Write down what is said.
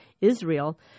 Israel